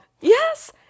Yes